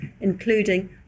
including